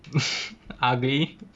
ugly